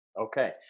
Okay